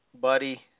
buddy